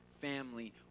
family